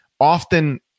often